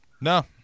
No